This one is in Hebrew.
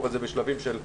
אבל זה בשלבים של מעבר,